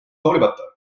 hoolimata